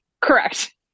correct